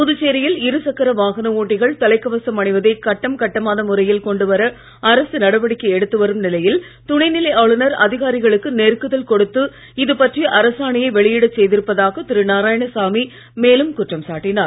புதுச்சேரியில் இருசக்கர வாகன ஓட்டிகள் தலைக்கவசம் அணிவதை கட்டம் கட்டமான முறையில் கொண்டு வர அரசு நடவடிக்கை எடுத்து வரும் நிலையில் துணை நிலை ஆளுநர் அதிகாரிகளுக்கு நெருக்குதல் கொடுத்து இதுபற்றிய அரசாணையை வெளியிடச் செய்திருப்பதாக திரு நாராயணசாமி மேலும் குற்றம் சாட்டினார்